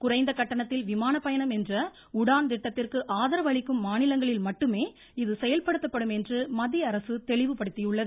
குறைந்த கட்டணத்தில் விமானப்பயணம் என்ற உடான் திட்டத்திற்கு ஆதரவு அளிக்கும் மாநிலங்களில் மட்டுமே இது செயல்படுத்தப்படும் என்று மத்திய அரசு தெளிவு படுத்தியுள்ளது